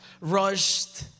rushed